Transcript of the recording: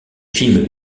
films